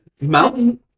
Mountain